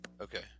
Okay